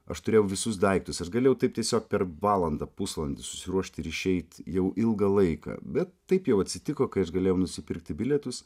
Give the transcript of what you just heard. aš turėjau visus daiktus aš galėjau taip tiesiog per valandą pusvalandį susiruošt ir išeit jau ilgą laiką bet taip jau atsitiko kai galėjau nusipirkti bilietus